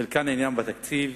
חלקן עניינן בתקציב,